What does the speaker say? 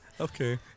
Okay